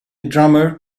drummer